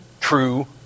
true